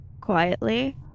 quietly